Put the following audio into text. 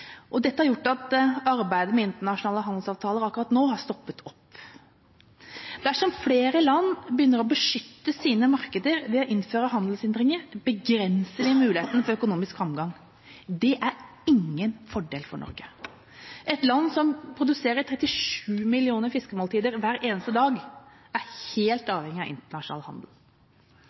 TiSA. Dette har gjort at arbeidet med internasjonale handelsavtaler akkurat nå har stoppet opp. Dersom flere land begynner å beskytte sine markeder ved å innføre handelshindringer, begrenser vi muligheten for økonomisk framgang. Det er ingen fordel for Norge – et land som produserer 37 millioner fiskemåltider hver eneste dag er helt avhengig av internasjonal handel.